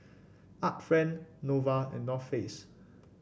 Art Friend Nova and North Face